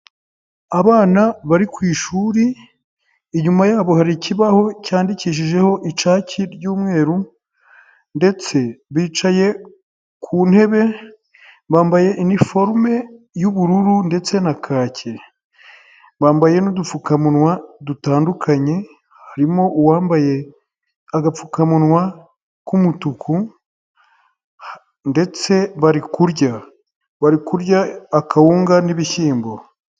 Abana bari ku ishuri inyuma yabo hari ikibaho cyandikishijeho icaki ry'umweru ndetse bicaye ku ntebe bambaye ni forme y'ubururu ndetse na kake, bambaye n'udupfukamunwa dutandukanye harimo uwambaye agapfukamunwa k'umutuku ndetse bari kurya, bari kurya akawunga n'ibishyimbo.